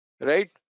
Right